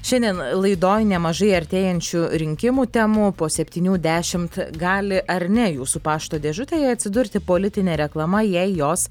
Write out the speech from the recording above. šiandien laidoj nemažai artėjančių rinkimų temų po septynių dešimt gali ar ne jūsų pašto dėžutėje atsidurti politinė reklama jei jos